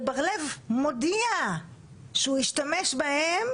ובר לב מודיע שהוא ישתמש בהם